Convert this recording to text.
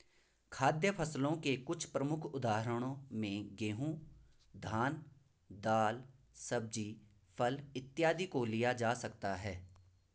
खाद्य फसलों के कुछ प्रमुख उदाहरणों में गेहूं, धान, दाल, सब्जी, फल इत्यादि को लिया जा सकता है